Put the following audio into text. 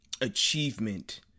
achievement